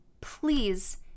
please